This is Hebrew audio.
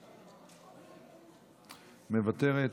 מוותרת.